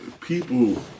people